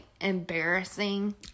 embarrassing